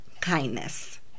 kindness